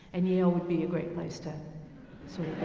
and yale would be a great place to so